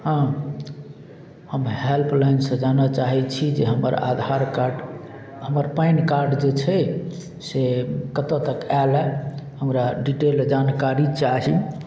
हँ हम हेल्प लाइनसँ जानऽ चाहय छी जे हमर आधार कार्ड हमर पेन कार्ड जे छै से कतऽ तक आयल हमरा डिटेल जानकारी चाही